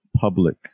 public